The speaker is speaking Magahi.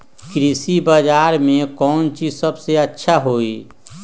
कृषि बजार में कौन चीज सबसे अच्छा होई?